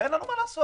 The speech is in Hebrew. ואין לנו מה לעשות,